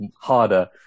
harder